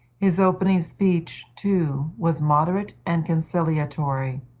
his opening speech, too, was moderate and conciliatory.